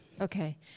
Okay